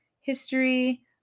history